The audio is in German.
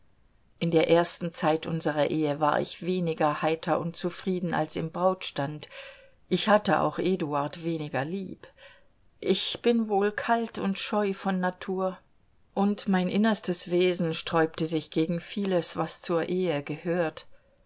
in der ersten zeit unserer ehe war ich weniger heiter und zufrieden als im brautstand ich hatte auch eduard weniger lieb ich bin wohl kalt und scheu von natur und mein innerstes wesen sträubte sich gegen vieles was zur ehe gehört